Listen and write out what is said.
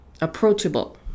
approachable